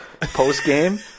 post-game